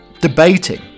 debating